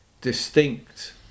distinct